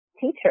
teacher